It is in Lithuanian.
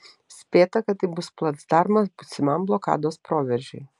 spėta kad tai bus placdarmas būsimam blokados proveržiui